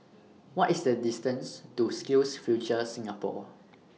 What IS The distance to SkillsFuture Singapore